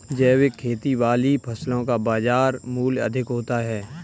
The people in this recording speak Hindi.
जैविक खेती वाली फसलों का बाजार मूल्य अधिक होता है